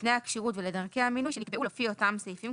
לתנאי הכשירות ולדרכי המינוי שנקבעו לפי אותם סעיפים,